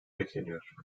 bekleniyor